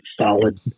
solid